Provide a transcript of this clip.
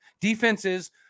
Defenses